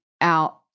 out